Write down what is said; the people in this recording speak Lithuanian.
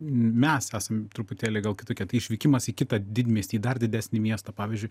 mes esam truputėlį gal kitokie tai išvykimas į kitą didmiestį dar didesnį miestą pavyzdžiui